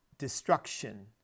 destruction